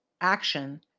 action